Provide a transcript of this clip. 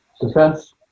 defense